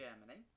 Germany